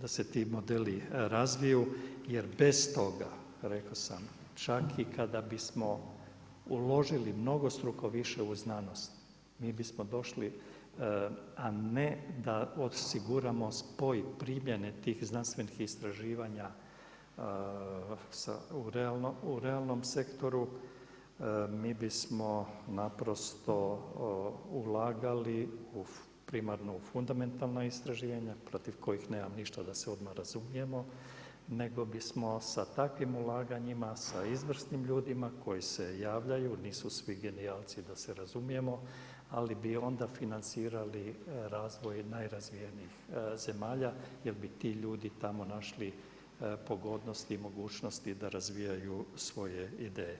da se ti modeli razviju jer bez toga rekao sam čak i kada bismo uložili mnogostruko više u znanost mi bismo došli a ne da osiguramo spoj primjene tih znanstvenih istraživanja u realnom sektoru mi bismo naprosto ulagali u primarna fundamentalna istraživanja protiv kojih nemam ništa da se odmah razumijemo nego bismo sa takvim ulaganjima, sa izvrsnim ljudima koji se javljaju, nisu svi genijalci da se razumijemo ali bi onda financirali razvoj najrazvijenijih zemlja jer bi ti ljudi tamo našli pogodnosti i mogućnosti da razvijaju svoje ideje.